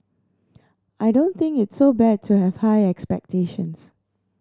I don't think it's so bad to have high expectations